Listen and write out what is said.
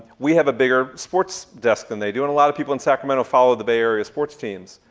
we have a bigger sports desk than they do, and a lot of people in sacramento follow the bay area sports teams.